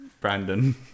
Brandon